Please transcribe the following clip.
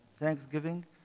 thanksgiving